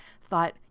thought